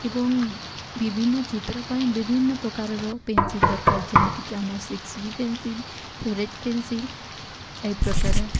ଏବଂ ବିଭିନ୍ନ ଚିତ୍ର ପାଇଁ ବିଭିନ୍ନ ପ୍ରକାରର ପେନସିଲ୍ ଦରକାର ଯେମିତିକି ଆମ six B pencil four H pencil ଏଇ ପ୍ରକାର